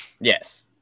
Yes